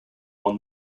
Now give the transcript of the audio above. won